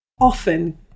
often